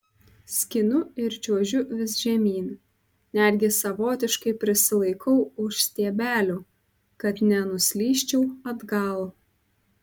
skinu ir čiuožiu vis žemyn netgi savotiškai prisilaikau už stiebelių kad nenuslysčiau atgal